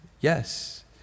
yes